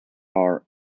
are